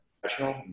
professional